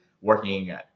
working